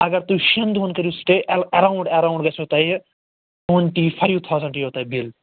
اگر تُہۍ شٮ۪ن دۄہن کٔرِو سِٹے اےٚ ایٚراوُنٛڈ ایراوُنٛڈ گَژھو تۄہہِ ٹونٛٹی فایو تھاوزنٛٹ یِیو تۄہہِ بِل